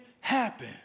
happen